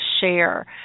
share